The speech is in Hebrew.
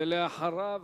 אחריו,